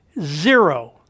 Zero